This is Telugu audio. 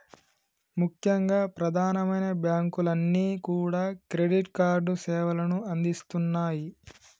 ముఖ్యంగా ప్రధానమైన బ్యాంకులన్నీ కూడా క్రెడిట్ కార్డు సేవలను అందిస్తున్నాయి